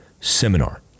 seminar